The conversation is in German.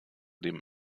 dem